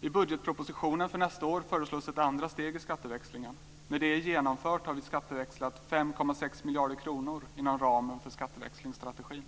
I budgetpropositionen för nästa år föreslås ett andra steg i skatteväxlingen. När det är genomfört har vi skatteväxlat 5,6 miljarder kronor inom ramen för skatteväxlingsstrategin.